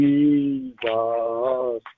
Jesus